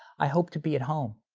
i hope to be at home.